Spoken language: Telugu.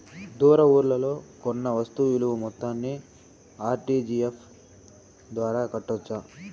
దూర ఊర్లలో కొన్న వస్తు విలువ మొత్తాన్ని ఆర్.టి.జి.ఎస్ ద్వారా కట్టొచ్చా?